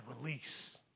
release